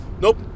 Nope